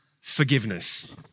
forgiveness